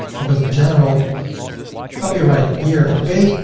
i go to general copyright year okay,